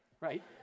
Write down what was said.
right